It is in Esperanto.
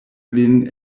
lin